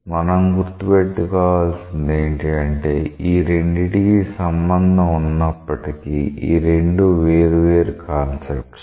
మనం గుర్తు పెట్టుకోవాల్సింది ఏంటి అంటే ఈ రెండింటికీ సంబంధం ఉన్నప్పటికీ ఈ రెండూ వేరు వేరు కాన్సెప్ట్స్